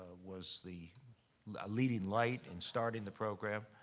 was the leading light in starting the program.